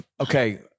Okay